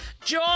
joy